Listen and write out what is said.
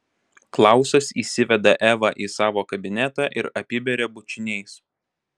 klausas įsiveda evą į savo kabinetą ir apiberia bučiniais